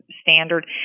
standard